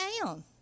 down